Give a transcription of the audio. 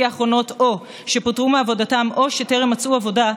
האחרונות או שפוטרו מעבודתם או שטרם מצאו עבודה,